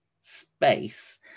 space